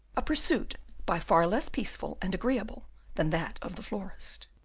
a pursuit by far less peaceful and agreeable than that of the florist.